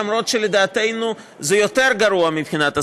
למרות שלדעתנו זה יותר גרוע מבחינת הסביבה,